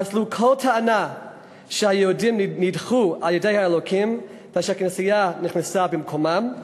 פסלו כל טענה שיהודים נדחו על-ידי האלוקים ושהכנסייה נכנסה במקומם,